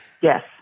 Yes